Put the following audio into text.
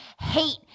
hate